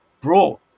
brought